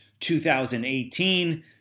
2018